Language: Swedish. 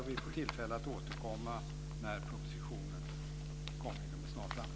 Det blir tillfälle att återkomma när propositionen läggs fram inom en snar framtid.